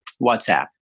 WhatsApp